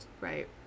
right